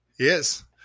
Yes